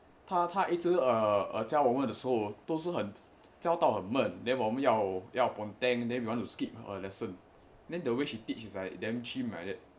他他一直 err err 教我们的时候都是很教到很闷 then 我们要要 ponteng then we want to skip our lesson then the way she teach is like damn chim like that